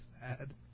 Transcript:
sad